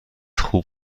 خوب